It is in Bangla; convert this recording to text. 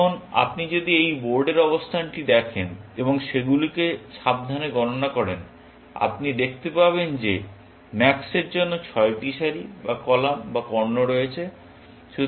এখন আপনি যদি এই বোর্ডের অবস্থানটি দেখেন এবং সেগুলিকে সাবধানে গণনা করেন আপনি দেখতে পাবেন যে ম্যাক্সের জন্য ছয়টি সারি বা কলাম বা কর্ণ রয়েছে